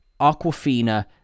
Aquafina